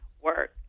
work